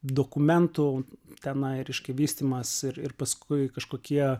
dokumentų tenai reiškia vystymas ir ir paskui kažkokie